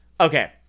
Okay